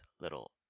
little